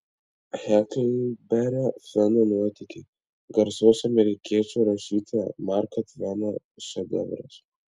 heklberio fino nuotykiai garsaus amerikiečių rašytojo marko tveno šedevras